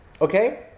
okay